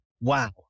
wow